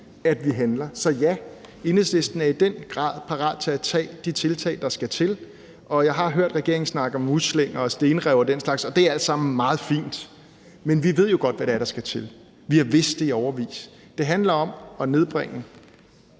vi handler. Så ja, Enhedslisten er i den grad parat til at tage de tiltag, der skal til, og jeg har hørt regeringen snakke om muslinger og stenrev og den slags, og det er alt sammen meget fint. Men vi ved jo godt, hvad der skal til, og vi har vidst det i årevis. Det handler om at nedbringe